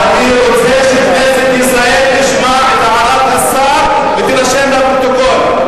אני רוצה שכנסת ישראל תשמע את הערת השר והיא תירשם לפרוטוקול.